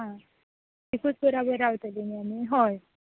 आं एकूच पुरा वेळ रावतली न्हय आमी हय